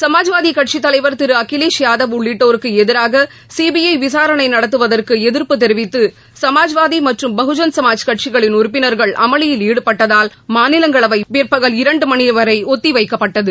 சமாஜ்வாதிக் கட்சித் தலைவர் திரு அகிலேஷ் யாதவ் உள்ளிட்டோருக்கு எதிராாக சிபிஐ விசாரணை நடத்துவதை எதிர்ப்பு தெரிவித்து சமாஜ்வாதி மற்றும் பகுஜன் சமாஜ் கட்சிகளின் உறுப்பினர்கள் அமளியில் ஈடுபட்டதால் மாநிலங்களவை பிற்பகல் இரண்டு மணி வரை ஒத்திவைக்கப்பட்டது